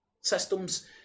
systems